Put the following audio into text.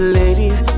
ladies